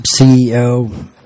CEO